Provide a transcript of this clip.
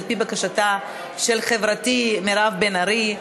על-פי בקשתה של חברתי מירב בן ארי,